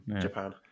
Japan